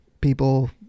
people